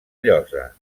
llosa